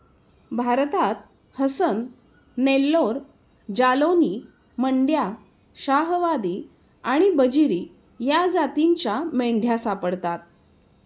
भारतात हसन, नेल्लोर, जालौनी, मंड्या, शाहवादी आणि बजीरी या जातींच्या मेंढ्या सापडतात